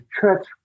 church